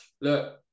look